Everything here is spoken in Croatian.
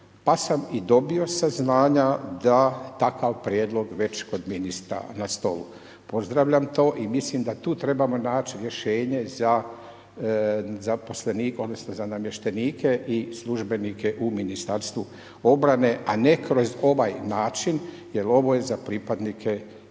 pa sam i dobio saznanja da je takav prijedlog već kod ministra na stolu. Pozdravljam to i mislim da tu trebamo naći rješenje za zaposlenike odnosno za namještenike i službenike u Ministarstvu obrane a ne kroz ovaj način jer ovo je za pripadnike OS-a